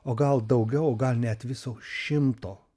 o gal daugiau gal net viso šimto